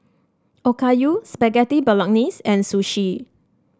Okayu Spaghetti Bolognese and Sushi